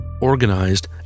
organized